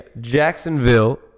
Jacksonville